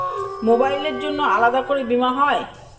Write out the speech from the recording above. মোবাইলের জন্য আলাদা করে বীমা হয়?